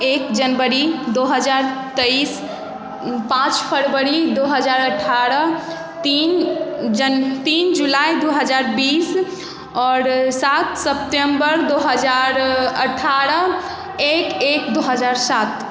एक जनवरी दुइ हजार तेइस पाँच फरवरी दुइ हजार अठारह तीन जन तीन जुलाइ दुइ हजार बीस आओर सात सेप्टेम्बर दुइ हजार अठारह एक एक दुइ हजार सात